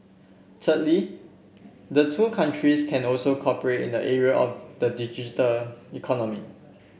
thirdly the two countries can also cooperate in the area of the digital economy